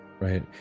Right